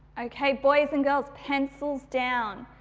okay, boys and girls pencils down.